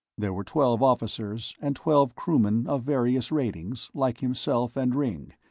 there were twelve officers and twelve crewmen of various ratings like himself and ringg,